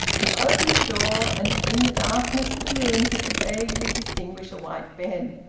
he opened the door, and within the darkness of the room he could vaguely distinguish a white bed.